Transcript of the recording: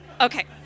okay